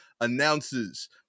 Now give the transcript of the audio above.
announces